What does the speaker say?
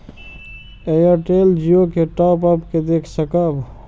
Airtel Jio के top up के देख सकब?